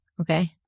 okay